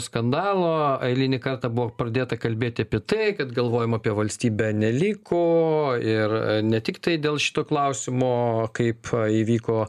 skandalo eilinį kartą buvo pradėta kalbėti apie tai kad galvojimo apie valstybę neliko ir ne tiktai dėl šito klausimo kaip įvyko